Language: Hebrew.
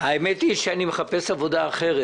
האמת היא שאני מחפש עבודה אחרת.